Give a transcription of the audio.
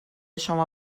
شما